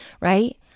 Right